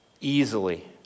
easily